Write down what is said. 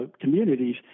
communities